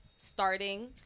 starting